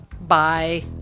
Bye